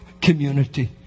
community